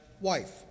wife